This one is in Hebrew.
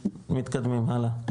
מתקדמים הלאה,